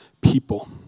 people